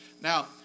Now